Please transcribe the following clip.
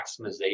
maximization